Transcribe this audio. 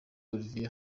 olivier